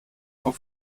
auf